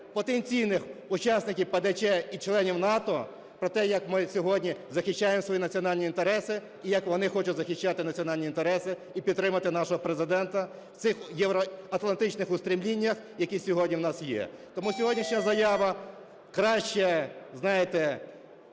потенційних учасників ПДЧ і членів НАТО про те, як ми сьогодні захищаємо свої національні інтереси і як вони хочуть захищати національні інтереси, і підтримувати нашого Президента в цих євроатлантичних устремліннях, які сьогодні у нас є. Тому сьогоднішня заява краще, знаєте,